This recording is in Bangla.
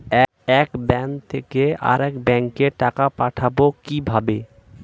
এক ব্যাংক থেকে আরেক ব্যাংকে টাকা পাঠাবো কিভাবে?